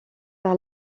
par